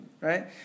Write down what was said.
right